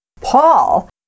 Paul